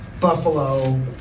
Buffalo